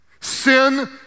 sin